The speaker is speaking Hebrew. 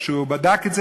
שהוא בדק את זה,